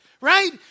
right